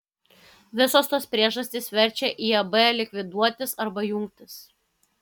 visos tos priežastys verčia iab likviduotis arba jungtis